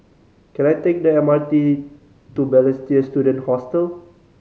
can I take the M R T to Balestier Student Hostel